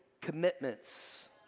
commitments